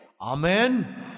Amen